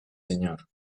señor